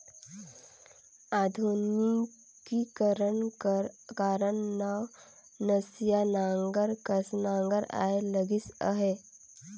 आधुनिकीकरन कर कारन नवनसिया नांगर कस नागर आए लगिस अहे